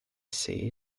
see